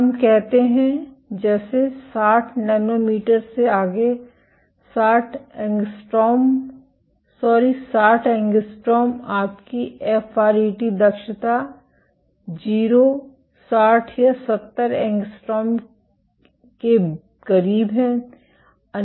हम कहते है जैसे 60 नैनोमीटर से आगे 60 एंग्स्ट्रॉम सॉरी 60 एंगस्ट्रॉम आपकी एफआरईटी दक्षता 0 60 या 70 एंगस्ट्रॉम के करीब है